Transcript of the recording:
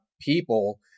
people